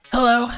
Hello